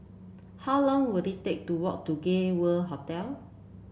how long will it take to walk to Gay World Hotel